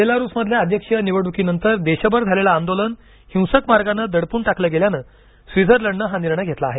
बेलारूसमधल्या अध्यक्षीय निवडणुकीनंतर देशभर झालेलं आंदोलन हिंसक मार्गानं दडपून टाकलं गेल्यानं स्वित्झर्लंडनं हा निर्णय घेतला आहे